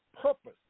purpose